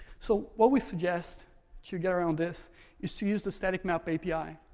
so what we suggest to get around this is to use the static map api.